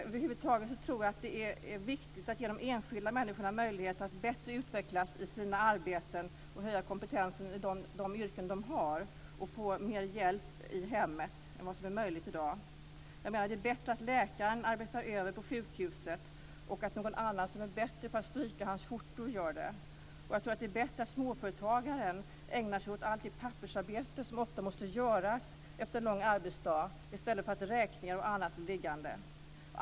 Över huvud taget tror jag att det är viktigt att ge de enskilda människorna möjlighet att bättre utvecklas i sina arbeten och höja kompetensen i de yrken de har och få mer hjälp i hemmet än vad som är möjligt i dag. Det är bättre att läkaren arbetar över på sjukhuset och att någon annan som är bättre på att stryka hans skjortor gör det. Och jag tror att det är bättre att småföretagaren ägnar sig åt allt det pappersarbete som ofta måste göras efter en lång arbetsdag i stället för att räkningar och annat blir liggande.